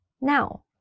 Now